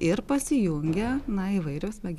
ir pasijungia na įvairios smegenų sritys